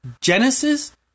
Genesis